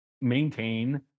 maintain